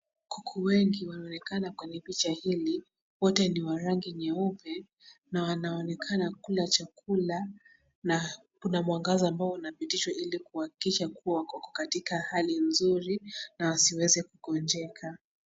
Kuku wengi wanaonekana kwenye picha hili, wote ni wa rangi nyeupe na wanaonekana kula chakula na kuna mwangaza ambao wanapitishwa ili kuhakikisha kuwa wako katika hali nzuri na wasiweze kugonjeka.